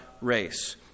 race